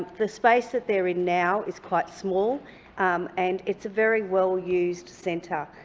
the space that they're in now is quite small and it's a very well-used centre.